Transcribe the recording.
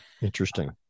interesting